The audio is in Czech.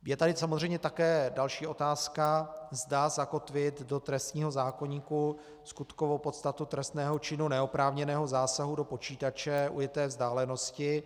Je tady samozřejmě také další otázka, zda zakotvit do trestního zákoníku skutkovou podstatu trestného činu neoprávněného zásahu do počítače ujeté vzdálenosti.